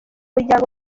muryango